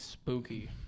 Spooky